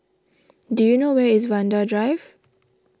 do you know where is Vanda Drive